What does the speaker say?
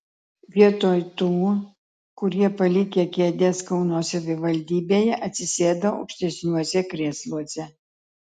vietoj tų kurie palikę kėdes kauno savivaldybėje atsisėdo aukštesniuose krėsluose